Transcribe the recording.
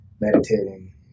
meditating